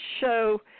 show